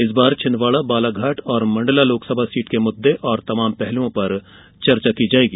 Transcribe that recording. इस बार छिन्दवाड़ा बालाघाट और मंडला लोकसभा सीट के मुद्दे और तमाम पहलुओं पर चर्चा की जायेगी